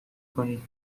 کنی